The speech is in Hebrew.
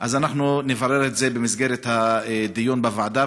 אז נברר את זה במסגרת הדיון בוועדה,